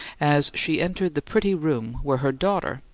as she entered the pretty room where her daughter,